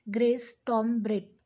grace tom brett